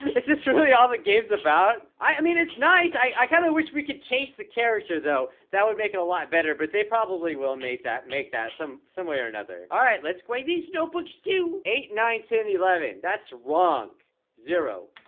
is this really all that games about i mean, it's nice i i kind of wish we could chase the character though. that would make it a lot better but they probably will make that make that some some way or another. all right, let's go i these notebooks to eight nine ten eleven. that's wrong zero